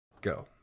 go